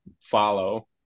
follow